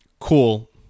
Cool